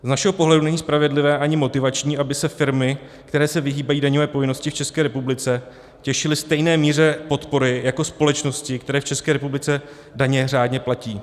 Z našeho pohledu není spravedlivé ani motivační, aby se firmy, které se vyhýbají daňové povinnosti v České republice, těšily stejné míře podpory jako společnosti, které v České republice daně řádně platí.